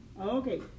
Okay